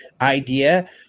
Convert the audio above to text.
idea